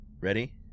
ready